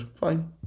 Fine